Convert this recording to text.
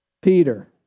Peter